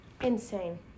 insane